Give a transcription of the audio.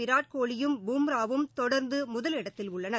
விராட்கோலி யும் பும்ராவும் தொடர்ந்து முதலிடத்தில் உள்ளனர்